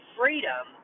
freedom